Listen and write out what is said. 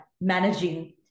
managing